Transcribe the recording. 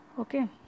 Okay